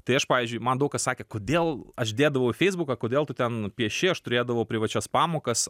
tai aš pavyzdžiui man daug kas sakė kodėl aš dėdavau į feisbuką kodėl tu ten pieši aš turėdavau privačias pamokas